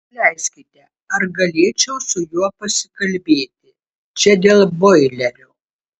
atleiskite ar galėčiau su juo pasikalbėti čia dėl boilerio